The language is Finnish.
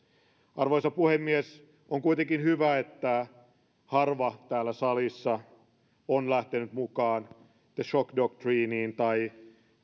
arvoisa puhemies on kuitenkin hyvä että harva täällä salissa on lähtenyt mukaan the shock doctrinen tai